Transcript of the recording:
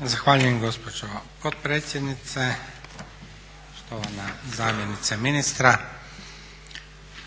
Zahvaljujem gospođo potpredsjednice, štovana zamjenice ministra.